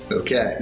Okay